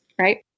right